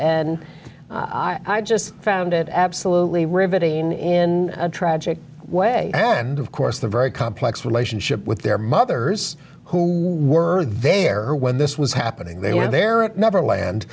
and i just found it absolutely riveting in a tragic way and of course the very complex relationship with their mothers who were there when this was happening they were there at neverland